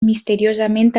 misteriosament